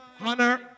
honor